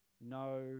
No